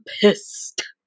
pissed